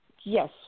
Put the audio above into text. yes